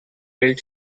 built